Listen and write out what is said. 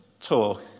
talk